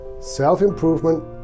self-improvement